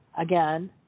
Again